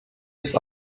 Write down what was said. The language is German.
ist